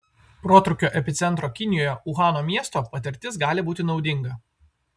protrūkio epicentro kinijoje uhano miesto patirtis gali būti naudinga